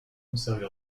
conservée